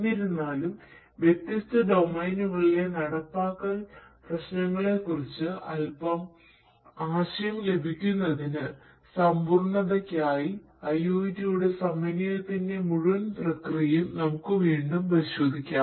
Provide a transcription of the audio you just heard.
എന്നിരുന്നാലും വ്യത്യസ്ത ഡൊമെയ്നുകളിലെ നടപ്പാക്കൽ പ്രശ്നങ്ങളെക്കുറിച്ച് അൽപ്പം ആശയം ലഭിക്കുന്നതിന് സമ്പൂർണ്ണതയ്ക്കായി IOT യുടെ സമന്വയത്തിന്റെ മുഴുവൻ പ്രക്രിയയും നമുക്ക് വീണ്ടും പരിശോധിക്കാം